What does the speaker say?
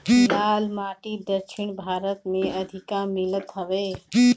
लाल माटी दक्षिण भारत में अधिका मिलत हवे